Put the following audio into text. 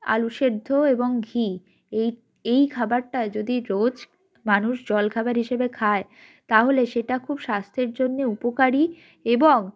আলু সেদ্ধ এবং ঘি এই এই খাবারটা যদি রোজ মানুষ জল খাবার হিসেবে খায় তাহলে সেটা খুব স্বাস্থ্যের জন্যে উপকারী এবং